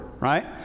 right